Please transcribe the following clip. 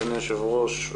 אדוני היושב-ראש,